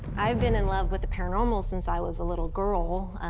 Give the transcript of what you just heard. i've been in love with the paranormal since i was a little girl.